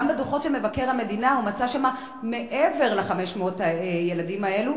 גם לפי הדוחות של מבקר המדינה הוא מצא שם מעבר ל-500 ילדים כאלה,